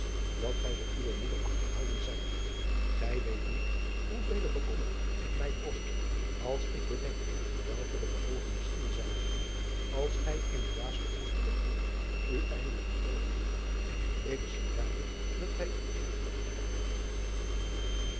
dat gij voor uwe moeder achterhoudend zijt ij weet niet hoevele bekommering het mij kost als ik bedenk welke de gevolgen misschien zijn zullen als gij in eene dwaas gekoesterde hoop u eindelijk bedrogen ziet k zie duidelijk dat gij iets op het hart hebt